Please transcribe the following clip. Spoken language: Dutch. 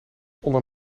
onder